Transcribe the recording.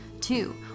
Two